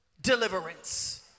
deliverance